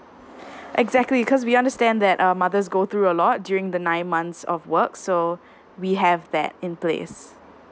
exactly cause we understand that uh mothers go through a lot during the nine months of work so we have that in place